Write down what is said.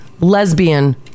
lesbian